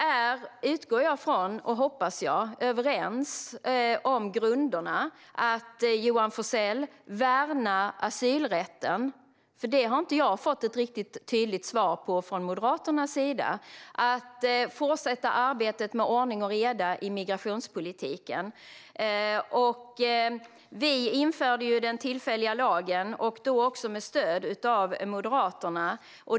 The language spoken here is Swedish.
Jag utgår från och hoppas att vi är överens om grunderna och att Johan Forssell värnar asylrätten - det har jag inte fått ett riktigt tydligt svar på från Moderaterna - och att vi ska fortsätta arbetet med ordning och reda i migrationspolitiken. Vi införde den tillfälliga lagen, då också med stöd från Moderaterna.